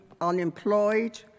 unemployed